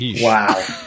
Wow